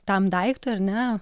tam daiktui ar ne